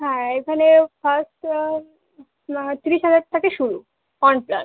হ্যাঁ এখানে ফার্স্টে তিরিশ হাজার থেকে শুরু ওয়ান প্লাস